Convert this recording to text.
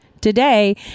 Today